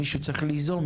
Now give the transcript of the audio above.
מישהו צריך ליזום,